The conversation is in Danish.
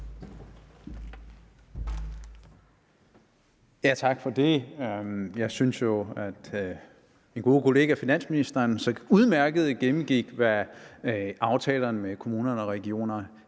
Tak for det. Jeg synes jo, at min gode kollega finansministeren så udmærket gennemgik, hvad aftalerne med kommunerne og regionerne